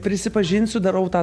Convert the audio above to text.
prisipažinsiu darau tą